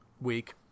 week